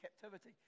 captivity